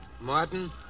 Martin